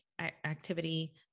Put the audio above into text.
activity